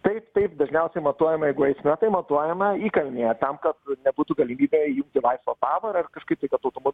taip taip dažniausiai matuojama jeigu eisme tai matuojama įkalnėje tam kad nebūtų galimybė įjungti laisvą pavarą ar kažkaip tai kad automo